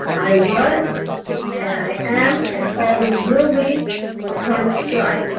i was and i am and always will be a part of stri.